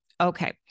Okay